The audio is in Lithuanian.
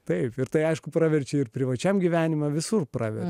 taip ir tai aišku praverčia ir privačiam gyvenimui visur pravers